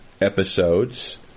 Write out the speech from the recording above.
episodes